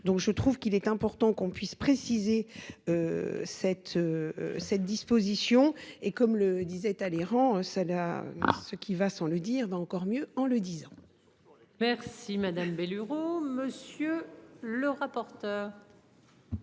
Donc je trouve qu'il est important qu'on puisse préciser. Cette. Cette disposition et comme le disait Talleyrand ça là à ce qui va sans le dire va encore mieux en le disant. Merci madame. Monsieur le rapporteur.